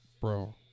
bro